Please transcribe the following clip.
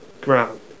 ground